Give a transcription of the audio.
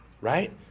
Right